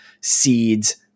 seeds